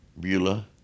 Beulah